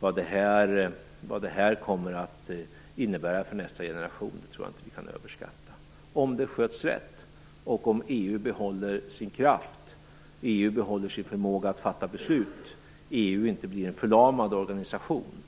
Vad det här kommer att innebära för nästa generation tror jag inte att vi kan överskatta - om det sköts rätt och om EU behåller sin kraft, om EU behåller sin förmåga att fatta beslut och om EU inte blir en förlamad organisation.